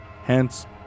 Hence